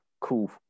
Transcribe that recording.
cool